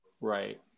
Right